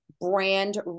brand